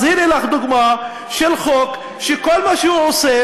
אז הנה לך דוגמה של חוק שכל מה שהוא עושה